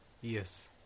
Yes